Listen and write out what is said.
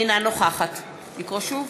אינה נוכחת לקרוא שוב?